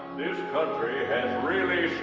country has really